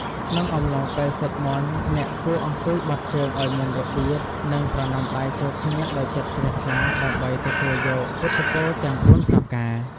ក្នុងអំឡុងពេលសូត្រមន្ត អ្នកគួរអង្គុយបត់ជើងឱ្យមានរបៀប និងប្រណម្យដៃចូលគ្នាដោយចិត្តជ្រះថ្លាដើម្បីទទួលយកពុទ្ធពរទាំងបួនប្រការ។